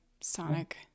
Sonic